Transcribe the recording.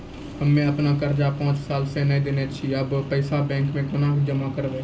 हम्मे आपन कर्जा पांच साल से न देने छी अब पैसा बैंक मे कोना के जमा करबै?